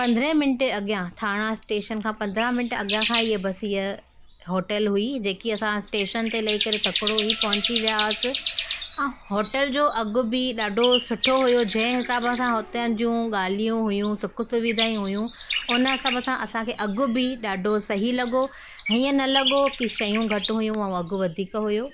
पंद्रहे मिंट अॻ्यां थाणा स्टेशन खां पंद्रहं मिंट अॻ्यां खां ई इहा बस हीअ होटल हुई जेकी असां स्टेशन ते लही करे तकिड़ो ई पहुची वियासीं हां होटल जो अघु बि ॾाढो सुठो हुयो जंहिं हिसाब सां हुतां जूं ॻाल्हियूं हुयूं सुख सुविधाऊं हुयूं उन हिसाब सां असांखे अघु बि ॾाढो सही लॻो हीअं न लॻो की शयूं घटि हुयूं ऐं अघु वधीक हुयो